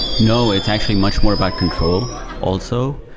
no. it's actually much more about control also.